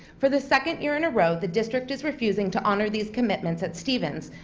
for the second year in a row the district is refusing to honor these commitments at stevens.